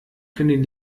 können